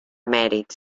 mèrits